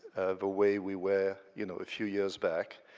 the way we were you know a few years back.